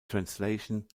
translation